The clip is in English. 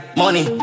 money